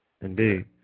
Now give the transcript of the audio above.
Indeed